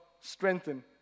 strengthen